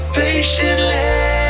patiently